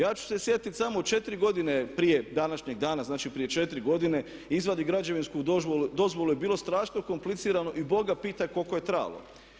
Ja ću se sjetiti samo 4 godine prije današnjeg dana znači prije 4 godine izvaditi građevinsku dozvolu je bilo strašno komplicirano i Boga pitaj koliko je trajalo.